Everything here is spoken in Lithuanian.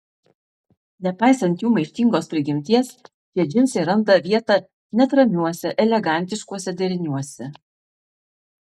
nepaisant jų maištingos prigimties šie džinsai randa vietą net ramiuose elegantiškuose deriniuose